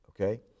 okay